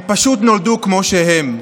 הם פשוט נולדו כמו שהם.